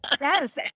Yes